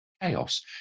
chaos